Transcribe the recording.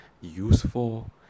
useful